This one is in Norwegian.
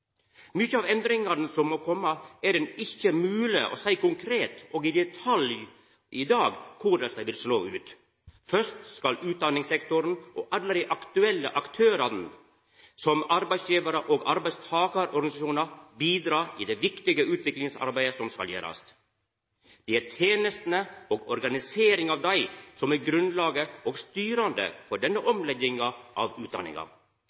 av dei endringane som må koma, er det ikkje mogleg å seia konkret og i detalj i dag korleis dei vil slå ut. Først skal utdanningssektoren og alle dei aktuelle aktørane, som arbeidsgjevar- og arbeidstakarorganisasjonar, bidra i det viktige utviklingsarbeidet som skal gjerast. Det er tenestene og organiseringa av dei som er grunnlaget og styrande for denne omlegginga av